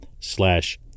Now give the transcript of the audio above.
slash